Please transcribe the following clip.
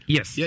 Yes